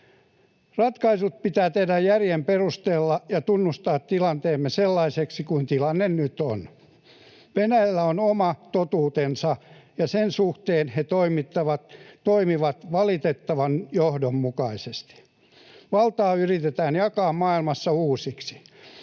Ratkaisut pitää tehdä järjen perusteella, ja pitää tunnustaa tilanteemme sellaiseksi kuin tilanne nyt on. Venäjällä on oma totuutensa, ja sen suhteen he toimivat valitettavan johdonmukaisesti. Valtaa yritetään jakaa maailmassa uusiksi,